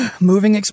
moving